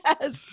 Yes